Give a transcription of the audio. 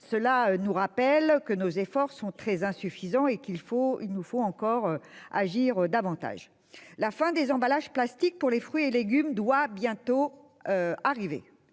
Cela nous rappelle que nos efforts sont très insuffisants et qu'il nous faut agir davantage. La fin des emballages plastiques pour les fruits et légumes doit bientôt arriver.